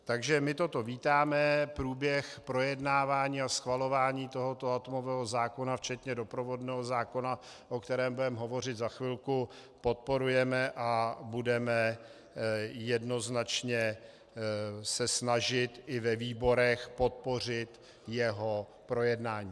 Takže my toto vítáme, průběh projednávání a schvalování tohoto atomového zákona, včetně doprovodného zákona, o kterém budeme hovořit za chvilku, podporujeme a budeme jednoznačně se snažit i ve výborech podpořit jeho projednání.